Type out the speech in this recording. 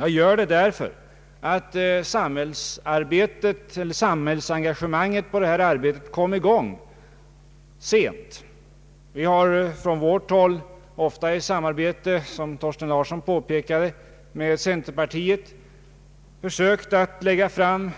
Jag gör det därför att samhällsengagemanget för detta arbete kom i gång sent. Vi har från vårt håll, ofta i samarbete med — som herr Thorsten Larsson påpekade — centerpartiet lagt fram